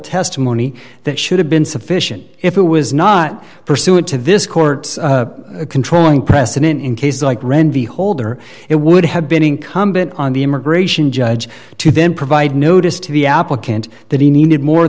testimony that should have been sufficient if it was not pursuant to this court controlling precedent in cases like randy holder it would have been incumbent on the immigration judge to then provide notice to the applicant that he needed more